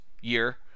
year